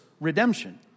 redemption